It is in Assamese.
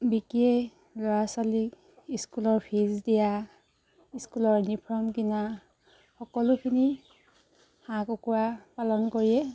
বিকিয়েই ল'ৰা ছোৱালীক ইস্কুলৰ ফিজ দিয়া ইস্কুলৰ ইউনিফৰ্ম কিনা সকলোখিনি হাঁহ কুকুৰা পালন কৰিয়ে